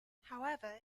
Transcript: however